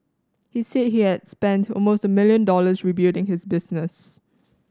he said he had spent almost a million dollars rebuilding his business